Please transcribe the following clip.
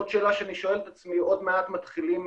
עוד מעט מתחילים